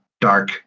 dark